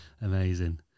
amazing